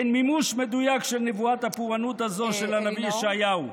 הן מימוש מדויק של נבואת הפורענות הזו של הנביא ישעיהו.